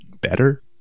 better